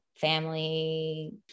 family